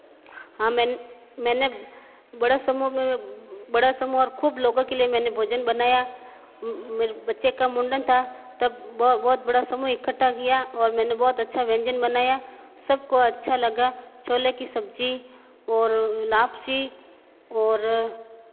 हाँ मैं मैंने बड़ा समूह में बड़ा समूह और खूब लोगों के लिए मैंने भोजन बनाया मे मेरे बच्चे का मुंडन था तब ब बहुत बड़ा समूह इकट्ठा किया और मैं बहुत अच्छा व्यंजन बनाया सबको अच्छा लगा छोले की सब्ज़ी और लापसी और